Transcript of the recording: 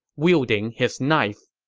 wielding his knife